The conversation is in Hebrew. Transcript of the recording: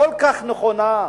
כל כך נכונה,